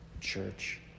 church